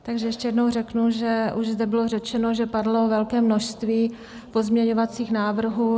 Takže ještě jednou řeknu, že už zde bylo řečeno, že padlo velké množství pozměňovacích návrhů.